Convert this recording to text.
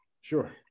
Sure